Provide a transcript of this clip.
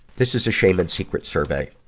this is a shame and secret survey.